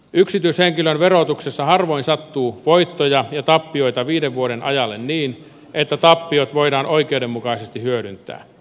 yksityishenkilön verotuksessa harvoin sattuu voittoja ja tappioita viiden vuoden ajalle niin että tappiot voidaan oikeudenmukaisesti hyödyntää